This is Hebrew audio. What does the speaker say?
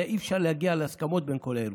אי-אפשר להגיע להסכמות בין כל הארגונים.